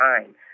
time